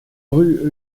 rue